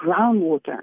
groundwater